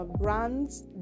brands